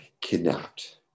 kidnapped